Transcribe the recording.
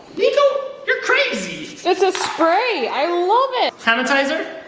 niko you're crazy! it's a spray! i love it! han-itizer?